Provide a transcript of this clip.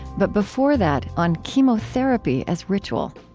but before that, on chemotherapy as ritual.